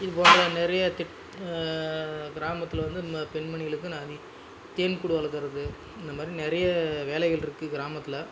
இது போன்ற நிறைய கிராமத்தில் வந்து பெண்மணிகளுக்கு தேன் கூடு வளர்க்குறது இந்தமாதிரி நிறைய வேலைகளிருக்கு கிராமத்தில்